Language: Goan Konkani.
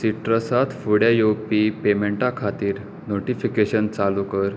सिटरस् त फुडें येवपी पेमेंटा खातीर नोटीफिकेशन चालू कर